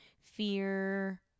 fear